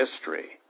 history